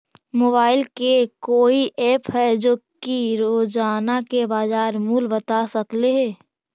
Mobile के कोइ app है जो कि रोजाना के बाजार मुलय बता सकले हे?